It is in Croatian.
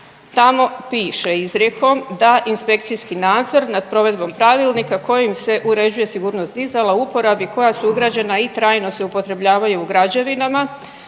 Tamo piše izrijekom da inspekcijski nadzor nad provedbom Pravilnika kojim se uređuje sigurnost dizala u uporabi koja su ugrađena i trajno se upotrebljavaju u građevinama,